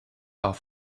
auf